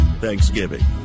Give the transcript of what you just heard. Thanksgiving